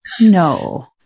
no